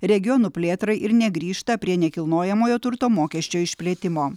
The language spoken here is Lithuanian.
regionų plėtrai ir negrįžta prie nekilnojamojo turto mokesčio išplėtimo